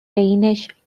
danish